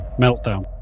meltdown